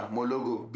Mologo